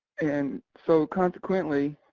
and so consequently,